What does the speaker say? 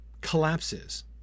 collapses